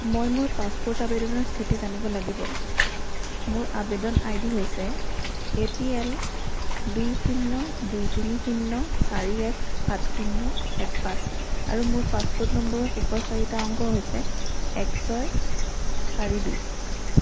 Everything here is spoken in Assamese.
মই মোৰ পাছপোৰ্ট আবেদনৰ স্থিতি জানিব লাগিব মোৰ আবেদন আই ডি হৈছে এ পি এল দুই শূন্য দুই তিনি শূন্য চাৰি এক সাত শূন্য এক পাঁচ আৰু মোৰ পাছপোৰ্ট নম্বৰৰ শেষৰ চাৰিটা অংক হৈছে এক ছয় চাৰি দুই